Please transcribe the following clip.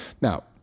Now